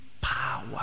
power